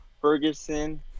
Ferguson